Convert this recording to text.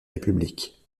république